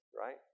right